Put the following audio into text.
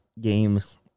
games